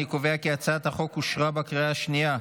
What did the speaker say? אני קובע כי הצעת החוק אושרה בקריאה השנייה.